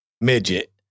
midget